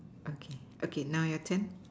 okay okay now your turn